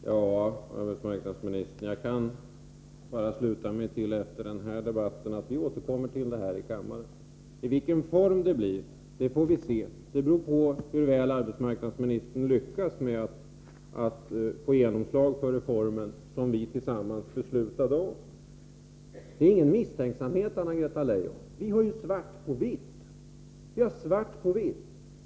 Herr talman! Ja, arbetsmarknadsministern, jag kan bara efter den här debatten dra slutsatsen att vi får återkomma till frågan här i kammaren. I vilken form det blir får vi se. Det beror på hur väl arbetsmarknadsministern lyckas med att få genomslag för reformen, som vi tillsammans beslutade om. Det är inte fråga om någon misstänksamhet, Anna-Greta Leijon. Vi har ju svart på vitt.